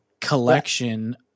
collection